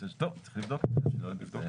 צריך לבדוק את זה.